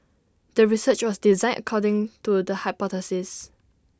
the research was designed according to the hypothesis